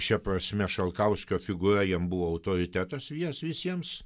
šia prasme šalkauskio figūra jam buvo autoritetas vias visiems